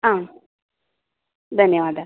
आं धन्यवादः